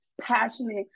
passionate